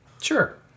sure